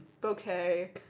bouquet